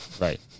right